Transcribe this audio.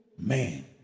Man